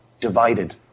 divided